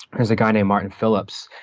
there's a guy named martin phillips.